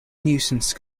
nuisance